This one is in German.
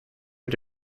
mit